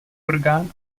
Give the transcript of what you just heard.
orgán